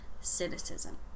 cynicism